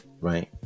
right